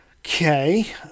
okay